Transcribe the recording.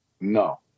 No